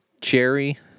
cherry